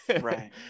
Right